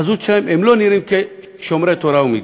בחזות שלהם הם לא נראים שומרי תורה ומצוות.